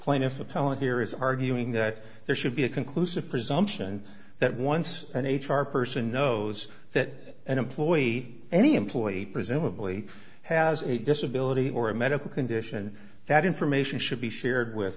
appellant here is arguing that there should be a conclusive presumption that once an h r person knows that an employee any employee presumably has a disability or a medical condition that information should be shared with